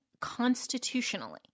constitutionally